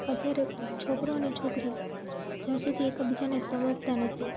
અત્યારે છોકરો અને છોકરી જ્યાં સુધી એકબીજાને સમજતા નથી